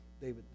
David